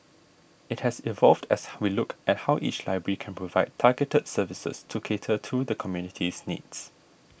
it has evolved as we look at how each library can provide targeted services to cater to the community's needs